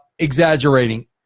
exaggerating